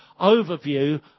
overview